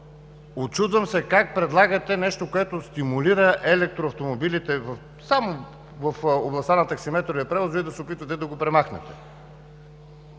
Учудвам се как предлагате нещо, което стимулира електроавтомобилите само в областта на таксиметровия превоз, Вие да се опитвате да го премахнете!